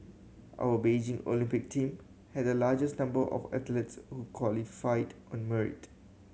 our Beijing Olympic team had the largest number of athletes who qualified on merit